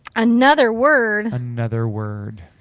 another word. another word.